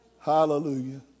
Hallelujah